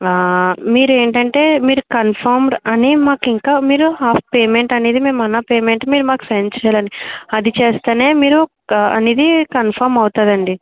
మీరు ఏంటంటే మీరు కన్ఫర్మడ్ అని మాకు ఇంకా మీరు హాఫ్ పేమెంట్ అనేది మ్యామ్ మన పేమెంట్ మీరు మాకు సెండ్ చేయాలండి అది చేస్తేనే మీరు ప అనేది కన్ఫర్మ్ అవుతుందండి